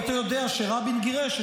היית יודע שרבין גירש את המחבלים.